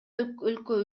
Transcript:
өлкө